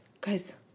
guys